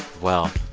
well,